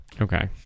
Okay